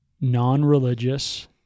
non-religious